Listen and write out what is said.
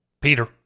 Peter